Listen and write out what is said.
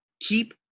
keep